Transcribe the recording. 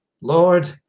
Lord